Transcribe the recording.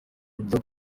kujya